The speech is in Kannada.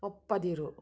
ಒಪ್ಪದಿರು